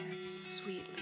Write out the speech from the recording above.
sweetly